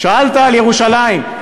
שאלת על ירושלים,